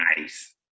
nice